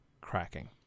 cracking